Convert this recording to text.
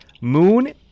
Moon